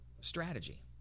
strategy